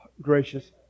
gracious